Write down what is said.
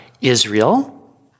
Israel